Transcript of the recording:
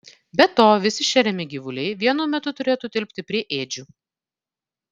be to visi šeriami gyvuliai vienu metu turėtų tilpti prie ėdžių